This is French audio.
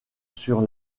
sur